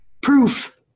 proof